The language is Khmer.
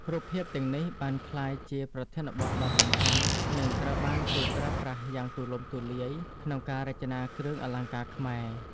រូបភាពទាំងនេះបានក្លាយជាប្រធានបទដ៏សំខាន់ និងត្រូវបានគេប្រើប្រាស់យ៉ាងទូលំទូលាយក្នុងការរចនាគ្រឿងអលង្ការខ្មែរ។